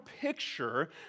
picture